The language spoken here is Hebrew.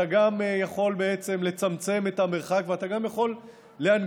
אתה גם יכול בעצם לצמצם את המרחק ואתה גם יכול להנגיש